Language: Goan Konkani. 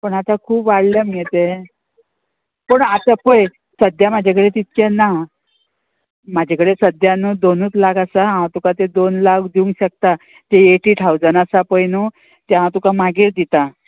पूण आतां खूब वाडलें मगे तें पूण आतां पय सद्द्या म्हाजे कडे तितकें ना म्हाजे कडे सद्या न्हू दोनूच लाख आसा हांव तुका ते दोन लाख दिवंक शकता ती एटी ठावजन आसा पळय न्हू तें हांव तुका मागीर दिता